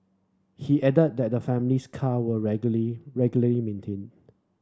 he added that the family's car were regularly maintained